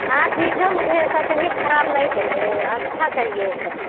हाँ ठीक है मुझे ऐसा चाहिए ख़राब नहीं चाहिए अच्छा चाहिए एक दम